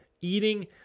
eating